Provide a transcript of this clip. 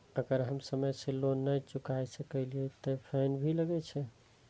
अगर हम समय से लोन ना चुकाए सकलिए ते फैन भी लगे छै?